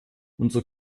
unser